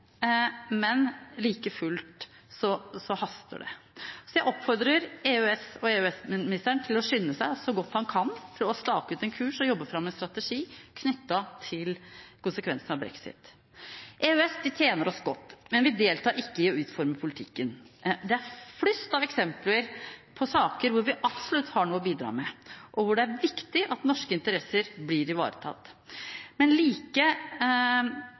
men like fullt haster det. Så jeg oppfordrer EØS- og EU-ministeren til å skynde seg så godt han kan til å stake ut en kurs og jobbe fram en strategi knyttet til konsekvensene av brexit. EØS tjener oss godt, men vi deltar ikke i å utforme politikken. Det er flust av eksempler på saker hvor vi absolutt har noe å bidra med, og hvor det er viktig at norske interesser blir ivaretatt. Men like